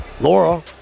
laura